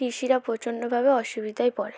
কৃষিরা প্রচণ্ডভাবে অসুবিধায় পড়ে